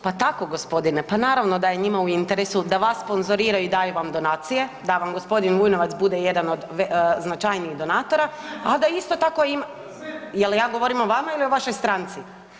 Pa tako gospodine, pa naravno da je njima u interesu da vas sponzoriraju i daju vam donacije, da vam gospodin Vujnovac bude jedan od značajnijih donatora, a da isto tako ima, jel ja govorim o vama ili o vašoj stranci?